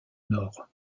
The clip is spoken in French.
nord